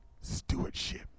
stewardship